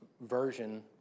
version